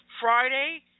Friday